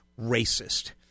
racist